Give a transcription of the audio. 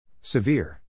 Severe